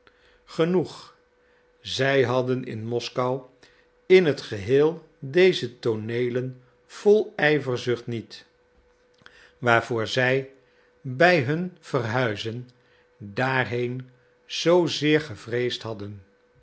genoeg zij hadden in moskou in t geheel deze tooneelen vol ijverzucht niet waarvoor zij bij hun verhuizen daarheen zoo zeer gevreesd hadden